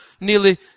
nearly